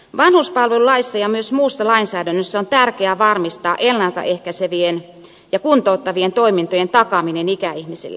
vanhuspalvelulaissa ja myös muussa lainsäädännössä on tärkeää varmistaa ennalta ehkäisevien ja kuntouttavien toimintojen takaaminen ikäihmisille